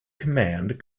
command